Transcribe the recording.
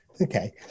Okay